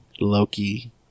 Loki